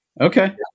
okay